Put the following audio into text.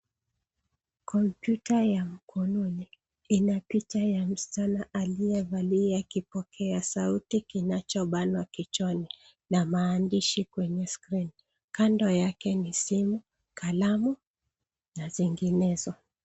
Kompyuta ya mkononi ina picha ya msichana aliyevalia kipokea sauti kinacho bana kichwani na maandishi kwenye skrini. Kando yake ni simu, kalamu na zinginezo.